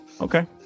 Okay